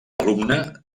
alumne